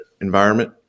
environment